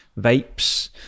vapes